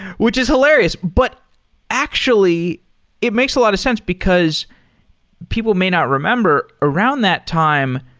which is hilarious. but actually it makes a lot of sense, because people may not remember, around that time,